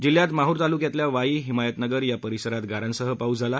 जिल्ह्यात माहूर तालुक्यातल्या वाई हिमायतनगर या परिसरात गारांसह पाऊस झाला